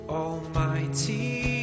almighty